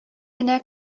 генә